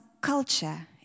culture